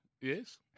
Yes